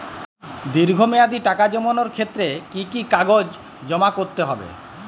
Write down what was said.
দীর্ঘ মেয়াদি টাকা জমানোর ক্ষেত্রে কি কি কাগজ জমা করতে হবে?